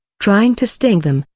trying to sting them,